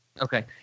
Okay